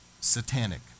satanic